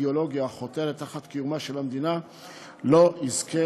אידאולוגיה החותרת תחת קיומה של המדינה לא יזכה